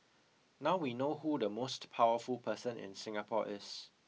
now we know who the most powerful person in Singapore is